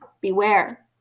beware